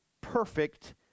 perfect